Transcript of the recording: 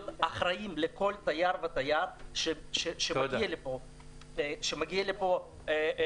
להיות אחראיים לכל תייר ותייר שמגיע לפה נקי,